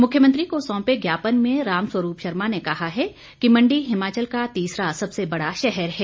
मुख्यमंत्री को सौंपे ज्ञापन में रामस्वरूप शर्मा ने कहा है कि मण्डी हिमाचल का तीसरा सबसे बड़ा शहर है